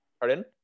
Pardon